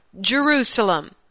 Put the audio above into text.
Jerusalem